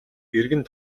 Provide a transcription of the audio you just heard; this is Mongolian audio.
эргэн